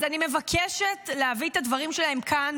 אז אני מבקשת להביא את הדברים שלהם כאן,